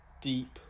deep